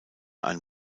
ein